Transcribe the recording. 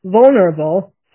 vulnerable